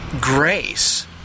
grace